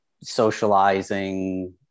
socializing